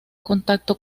contacto